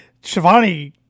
Shivani